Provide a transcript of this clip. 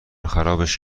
خرابش